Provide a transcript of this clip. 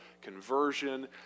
conversion